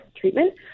treatment